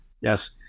Yes